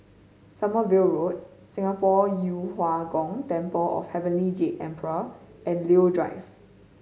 Sommerville Road Singapore Yu Huang Gong Temple of Heavenly Jade Emperor and Leo Drive